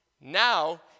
now